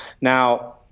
now